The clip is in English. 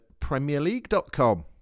premierleague.com